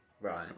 right